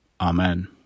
Amen